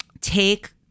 take